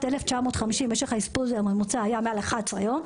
1950 משך האשפוז הממוצע היה מעל 11 יום,